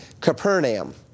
Capernaum